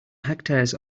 hectares